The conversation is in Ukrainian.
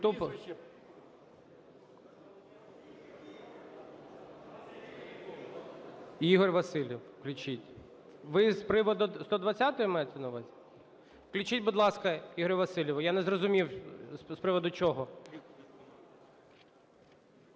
Ви з приводу 120-ї маєте на увазі? Включіть, будь ласка, Ігорю Василіву. Я не зрозумів, з приводу чого.